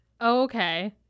Okay